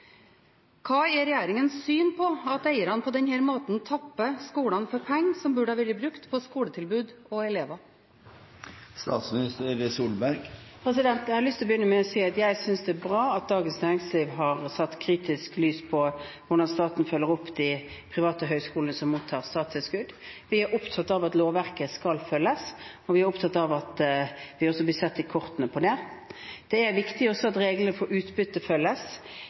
Hva er regjeringens syn på at eierne på denne måten tapper skolene for penger som burde ha vært brukt på skoletilbud og elever? Jeg har lyst til å begynne med å si at jeg synes det er bra at Dagens Næringsliv har satt kritisk lys på hvordan staten følger opp de private høyskolene som mottar statstilskudd. Vi er opptatt av at lovverket skal følges, og vi er opptatt av at vi også blir sett i kortene på det. Det er også viktig at reglene for utbytte følges.